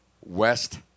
west